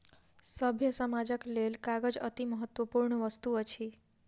सभ्य समाजक लेल कागज अतिमहत्वपूर्ण वस्तु अछि